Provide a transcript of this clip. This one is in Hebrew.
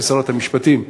כשרת המשפטים,